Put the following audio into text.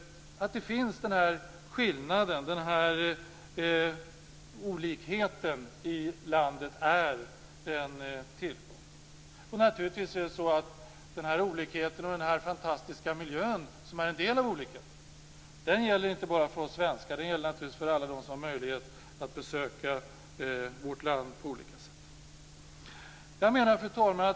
Att dessa skillnader finns i landet är en tillgång. Dessa fantastiska miljöer, som är en del av olikheterna, finns inte bara för oss svenskar. Den finns naturligtvis för alla dem som har möjlighet att besöka vårt land på olika sätt. Fru talman!